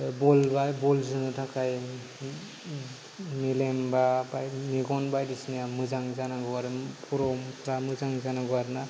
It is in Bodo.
बल बा बल जोनो थाखाय मेलेम बा मेगन बायदिसिनाया मोजां जानांगौ आरो फरमफ्रा मोजां जानांगौ आरोना